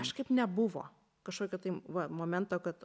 kažkaip nebuvo kažkokio tai va momento kad